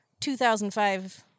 2005